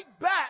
back